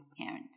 parent